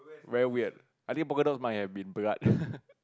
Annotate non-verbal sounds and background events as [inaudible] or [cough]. very weird I think polka dots might have been blood [laughs]